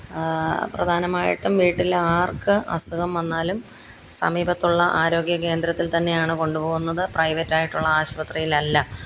പ്രധാനമായിട്ടും വീട്ടിലാര്ക്ക് അസുഖം വന്നാലും സമീപത്തുള്ള ആരോഗ്യ കേന്ദ്രത്തില്ത്തന്നെയാണ് കൊണ്ടുപോവുന്നത് പ്രൈവറ്റായിട്ടുള്ള ആശുപത്രിയിലല്ല